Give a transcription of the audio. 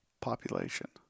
population